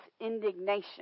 indignation